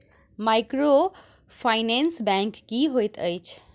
Microfinance bank की होइत अछि?